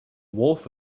wolf